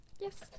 Yes